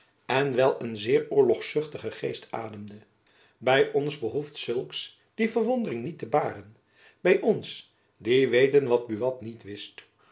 en wel een zeer oorlogszuchtigen geest ademde by ons behoeft zulks die verwondering niet te baren by ons die weten wat buat niet wist